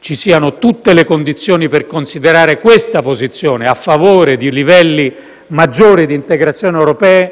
ci siano tutte le condizioni per considerare la posizione a favore di un livello maggiore di integrazione europea